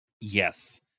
Yes